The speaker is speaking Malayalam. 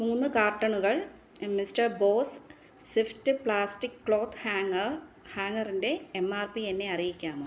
മൂന്ന് കാർട്ടണുകൾ mister boss swift plastic cloth hanger ഹാംഗറിന്റെ എം ആർ പി എന്നെ അറിയിക്കാമോ